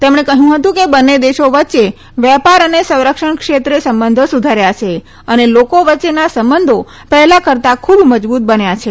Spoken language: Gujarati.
તેમણે કહ્યું હતું કે બંને દેશો વચ્ચે વેપાર અને સંરક્ષણક્ષેત્રે સંબંધો સુધર્યા છે અને લોકો વચ્ચેના સંબંધો પહેલા કરતાં ખૂબ મજબૂત બન્યા છે